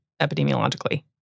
epidemiologically